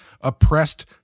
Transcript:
oppressed